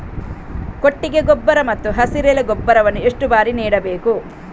ಕೊಟ್ಟಿಗೆ ಗೊಬ್ಬರ ಮತ್ತು ಹಸಿರೆಲೆ ಗೊಬ್ಬರವನ್ನು ಎಷ್ಟು ಬಾರಿ ನೀಡಬೇಕು?